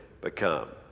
become